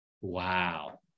Wow